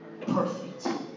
perfect